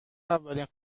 اولین